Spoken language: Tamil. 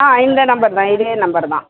ஆ இந்த நம்பர்தான் இதே நம்பர்தான்